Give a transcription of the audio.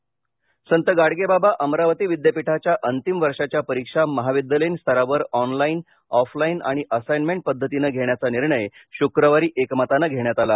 अमरावती संत गाडगे बाबा अमरावती विद्यापीठाच्या अंतिम वर्षाच्या परीक्षा महाविद्यालयीन स्तरावर ऑनलाईन ऑफलाईन आणि असाईनमेंट पद्धतीने घेण्याचा निर्णय शुक्रवारी एकमतानं घेण्यात आला